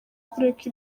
kureka